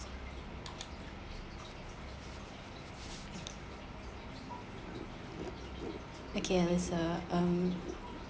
okay elisa um